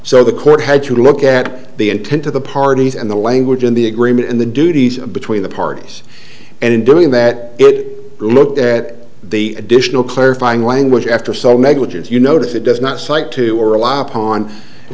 so the court had to look at the intent of the parties and the language in the agreement and the duties between the parties and in doing that it looked at the additional clarifying language after so negligence you notice it does not cite to rely upon